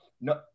no